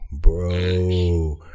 bro